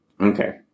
Okay